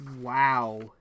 Wow